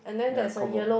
ya corkboard